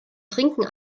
trinken